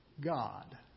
God